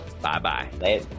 Bye-bye